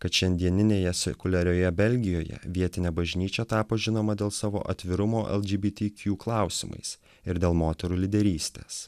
kad šiandieninėje sekuliarioje belgijoje vietinė bažnyčia tapo žinoma dėl savo atvirumo lgbtq klausimais ir dėl moterų lyderystės